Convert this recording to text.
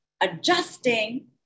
adjusting